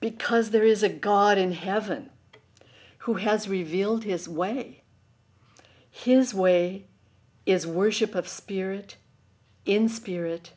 because there is a god in heaven who has revealed his way his way is worship of spirit in spirit